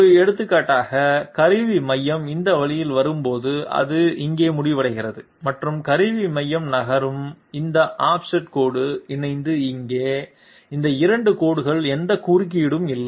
ஒரு எடுத்துக்காட்டாக கருவி மையம் இந்த வழியில் வரும்போது அது இங்கே முடிவடைகிறது மற்றும் கருவி மையம் நகரும் இந்த ஆஃப்செட் கோடு இணைந்து இங்கே இந்த 2 கோடுகள் எந்த குறுக்கீடு இல்லை